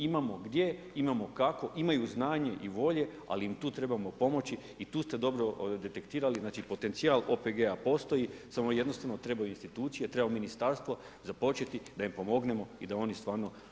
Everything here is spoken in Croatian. Imamo gdje, imamo kako, imaju znanje i volje, ali im tu trebamo pomoći i tu ste dobro detektirali, znači, potencijal OPG-a postoji, samo jednostavno trebaju institucije, treba ministarstvo započeti da im pomognemo i da oni stvarno to sve dobro rade.